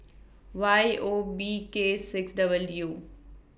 Y O B K six W